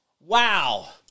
wow